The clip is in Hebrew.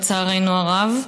לצערנו הרב.